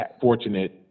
fortunate